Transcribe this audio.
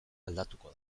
aldatuko